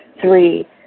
Three